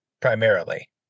primarily